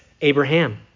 Abraham